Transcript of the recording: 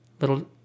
little